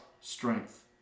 strength